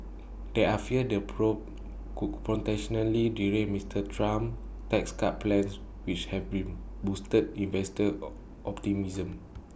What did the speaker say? there are fears the probe could potentially derail Mister Trump's tax cut plans which have bring boosted investor optimism